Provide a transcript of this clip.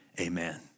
amen